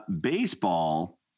Baseball